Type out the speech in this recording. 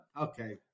Okay